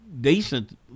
decent